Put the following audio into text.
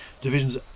divisions